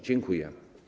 Dziękuję.